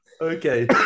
Okay